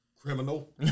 Criminal